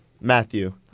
Matthew